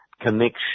connection